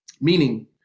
Meaning